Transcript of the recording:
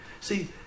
See